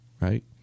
right